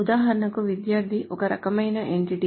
ఉదాహరణకు విద్యార్థి ఒక రకమైన ఎంటిటీ